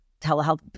telehealth